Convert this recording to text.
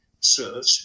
search